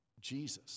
Jesus